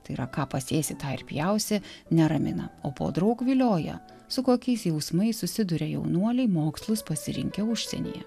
tai yra ką pasėsi tą ir pjausi neramina o podraug vilioja su kokiais jausmais susiduria jaunuoliai mokslus pasirinkę užsienyje